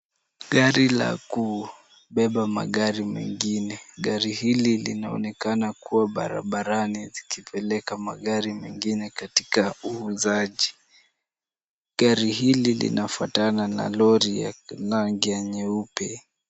Gari la kubeba magari mengine. Gari hili linaonekana kuwa barabarani zikipeleka magari mengine katika uuzaji. Gari hili linafuatana na lori ya rangi ya nyeupe.